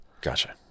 Gotcha